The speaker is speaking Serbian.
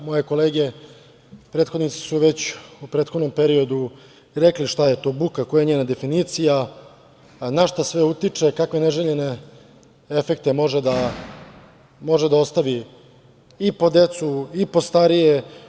Moje kolege prethodnici su već u prethodnom periodu rekle šta je to buka, koja je njena definicija, na šta sve utiče, kakve neželjene efekte može da ostavi i po decu i po starije.